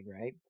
right